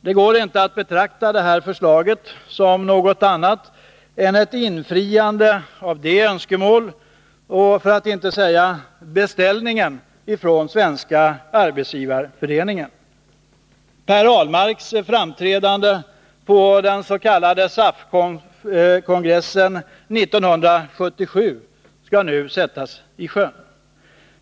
Det går inte att betrakta detta förslag som något annat än ett uppfyllande av Svenska arbetsgivareföreningens önskemål — för att inte säga beställning. Per Ahlmarks förslag på den s.k. SAF-kongressen 1977 skall nu sättas i sjön.